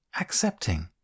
accepting